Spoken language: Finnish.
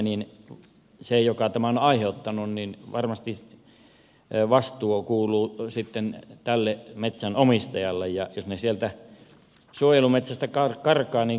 niin kuin tiedämme varmasti vastuu kuuluu sitten tälle metsänomistajalle sille joka tämän on aiheuttanut